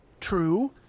True